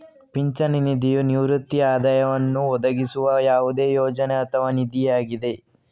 ಪಿಂಚಣಿ ನಿಧಿಯು ನಿವೃತ್ತಿ ಆದಾಯವನ್ನು ಒದಗಿಸುವ ಯಾವುದೇ ಯೋಜನೆ ಅಥವಾ ನಿಧಿಯಾಗಿದೆ